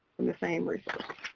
and the same resource.